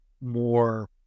more